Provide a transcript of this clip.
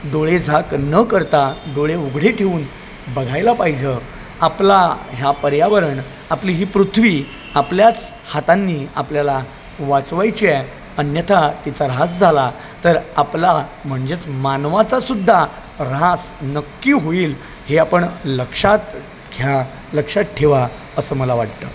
डोळे झाक न करता डोळे उघडे ठेवून बघायला पाहिजे आपला ह्या पर्यावरण आपली ही पृथ्वी आपल्याच हातानी आपल्याला वाचवायची आहे अन्यथा तिचा ऱ्हास झाला तर आपला म्हणजेच मानवाचा सुद्धा ऱ्हास नक्की होईल हे आपण लक्षात घ्या लक्षात ठेवा असं मला वाटतं